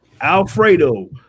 Alfredo